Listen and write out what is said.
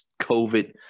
COVID